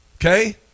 okay